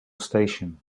station